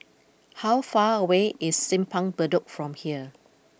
how far away is Simpang Bedok from here